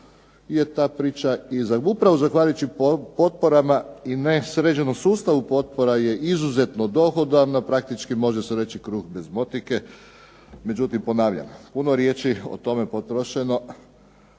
je ta priča upravo zahvaljujući potporama i nesređenom sustavu potpora je izuzetno dohodovna, praktički može se reći kruh bez motike. Međutim, ponavljam puno riječi o tome potrošeno,